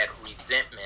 resentment